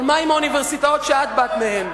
אבל מה עם האוניברסיטאות, שאת באת מהן?